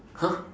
!huh!